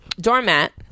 doormat